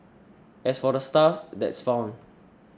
as for the stuff that's found